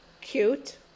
cute